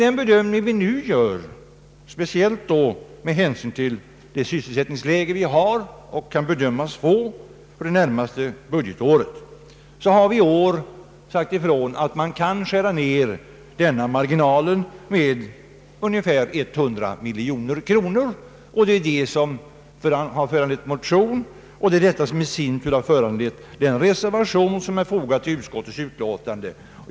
Vår bedömning, speciellt med hänsyn till det sysselsättningsläge vi nu har och kan bedömas få för det närmaste budgetåret, är att man kan skära ned denna marginal med ungefär 100 miljoner kronor. Det är denna bedömning som föranlett motionen och den reservation som är fogad till utskottets utlåtande.